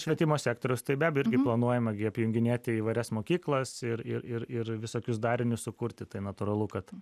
švietimo sektorius tai be abejo irgi planuojama gi apjunginėti įvairias mokyklas ir ir ir ir visokius darinius sukurti tai natūralu kad